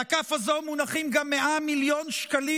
על הכף הזאת מונחים גם 100 מיליון שקלים